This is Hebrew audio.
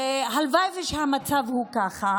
הלוואי שהמצב הוא ככה.